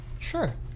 Sure